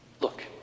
Look